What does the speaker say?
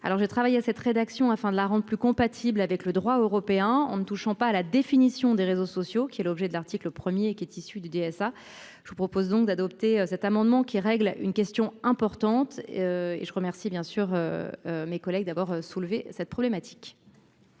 Alors je travaille à cette rédaction afin de la rendent plus compatible avec le droit européen on ne touchons pas à la définition des réseaux sociaux qui est l'objet de l'article 1er qui est issu de DSA. Je vous propose donc d'adopter cet amendement qui règle une question importante. Et je remercie bien sûr. Mes collègues d'abord soulevé cette problématique.